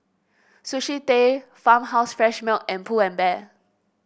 Sushi Tei Farmhouse Fresh Milk and Pull and Bear